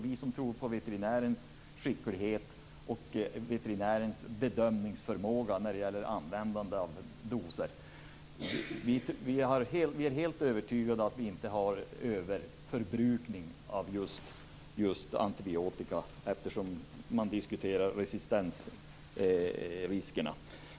Vi som tror på veterinärens skicklighet och bedömningsförmåga när det gäller storleken på doser är helt övertygade om att det inte förekommer någon överförbrukning av antibiotika eftersom man diskuterar resistensriskerna.